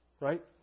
right